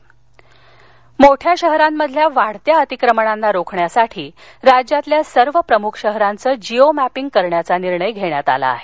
Jio mapping मोठ्या शहरांमधील वाढत्या अतिक्रमणाना रोखण्यासाठी राज्यातील सर्व प्रमुख शहरांचे जिओ मॅपिंग करण्याचा निर्णय घेण्यात आला आहे